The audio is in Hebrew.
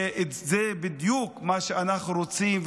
וזה בדיוק מה שאנחנו רוצים,